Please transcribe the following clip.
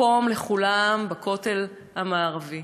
מקום לכולם בכותל המערבי.